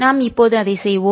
நாம் இப்போது அதை செய்வோம்